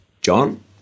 John